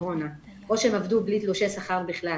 או שהן עבדו בלי תלושי שכר בכלל